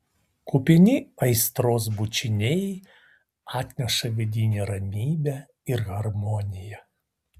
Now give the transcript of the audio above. kupini aistros bučiniai atneša vidinę ramybę ir harmoniją